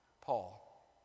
Paul